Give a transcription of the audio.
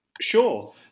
Sure